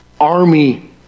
army